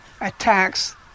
attacks